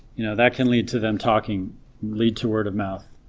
you know that can lead to them talking lead to word-of-mouth,